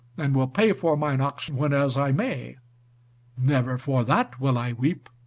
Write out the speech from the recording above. and will pay for mine ox whenas i may never for that will i weep.